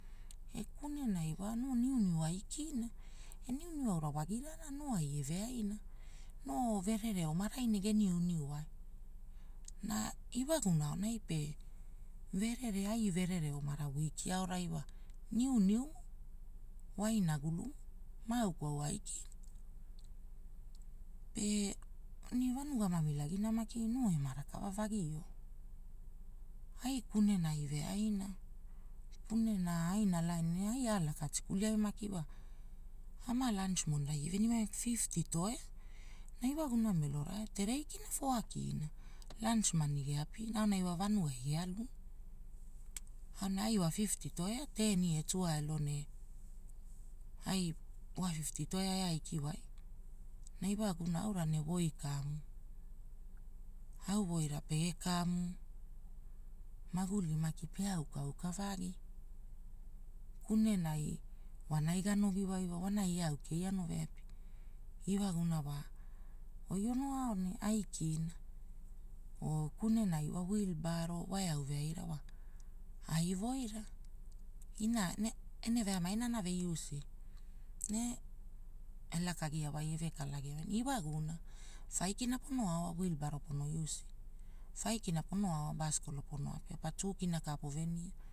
E kunenai wa noo niuniu aikina, e niu niu aura noo wagia na noo eve aina aikina. Noo verere oma rai ne gemu niuwai, na iwaguna aonai pe, verere ai verere omara wiki aorai pe niuniumo wa inagulu maa au kwaua maaikina, pe noo vanua mamilagina noo ema rakava vagio ai kunenai veaina. Kunena aina laaniai ai aalaka tikuliai wa, gama launch monina ia venimai fiiftii toea na iwagumona melora terei kina foa kina launch moni geapina aonai vanugai gealuna. Aunai ai wa fiiftii toea teni e tuaelo ne, ai wa fiitii toea eaikiwai. Na iwagura aura ne woikamu, au woira pege kamu, maguli maki pe auka auka vagi, kunenai wonai ganogiwai wa onai au keia ono veapia. Iwaguna wa, oi ono ao ne aikina, oo kunenai wa wilibaro wa eau veaira wa ai woira, ina ene vemai anave usia, ne elakagiawa, ne eve kalagiwai na iwaguna, fai kina pono aoa wilibaro po usia, fai kina pono aoa basicol nia pono apia pa tuu kina poveni